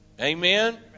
Amen